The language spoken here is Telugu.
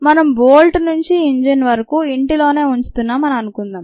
మనం బోల్ట్ నుంచి ఇంజిన్ వరకు ఇంటిలోనే ఉంచుతున్నాం అని అనుకుందాం